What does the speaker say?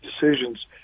decisions